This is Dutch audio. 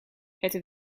het